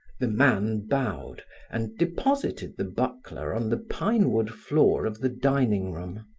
the man bowed and deposited the buckler on the pinewood floor of the dining room.